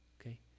okay